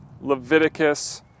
Leviticus